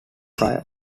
fryer